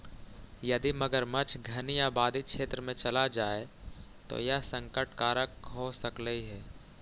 यदि मगरमच्छ घनी आबादी क्षेत्र में चला जाए तो यह संकट कारक हो सकलई हे